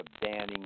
banning